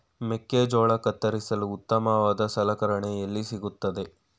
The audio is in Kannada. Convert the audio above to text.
ಮೆಕ್ಕೆಜೋಳ ಕತ್ತರಿಸಲು ಉತ್ತಮವಾದ ಸಲಕರಣೆ ಎಲ್ಲಿ ಸಿಗುತ್ತದೆ?